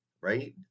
right